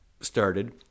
started